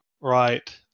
right